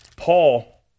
Paul